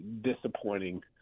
disappointing